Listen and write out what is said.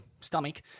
stomach